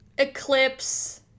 eclipse